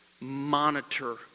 Monitor